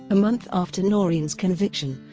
a month after noreen's conviction,